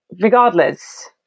regardless